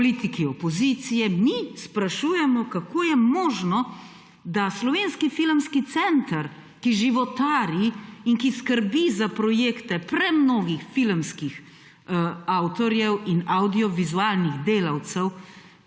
politiki opozicije. Mi sprašujemo, kako je možno, da Slovenski filmski center, ki životari in ki skrbi za projekte premnogih filmskih avtorjev in avdiovizualnih delavcev,